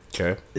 Okay